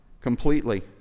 completely